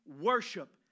worship